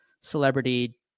celebrity